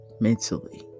mentally